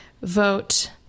Vote